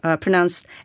pronounced